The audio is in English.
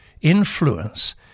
influence